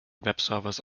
webservice